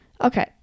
Okay